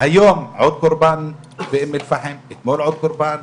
היום עוד קורבן באום אל-פחם, אתמול עוד קורבן.